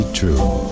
true